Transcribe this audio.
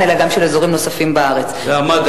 זאת ועוד,